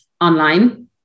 online